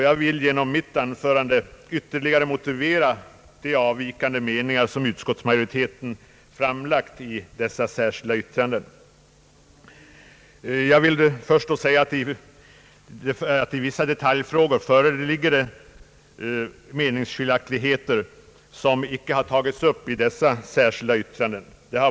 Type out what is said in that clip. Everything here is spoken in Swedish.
Jag vill genom mitt anförande ytterligare motivera de avvikande meningar som framlagts i vårt särskilda yttrande. Jag vill först säga att i vissa detaljfrågor föreligger meningsskiljaktigheter som inte har tagits upp i de särskilda yttrandena.